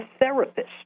therapist